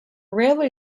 railway